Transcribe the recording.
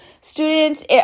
students